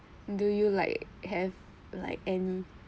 do you like have like any